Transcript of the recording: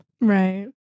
Right